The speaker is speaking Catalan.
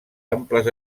amples